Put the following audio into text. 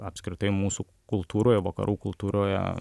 apskritai mūsų kultūroje vakarų kultūroje